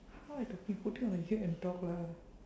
how I talking put it on the head and talk lah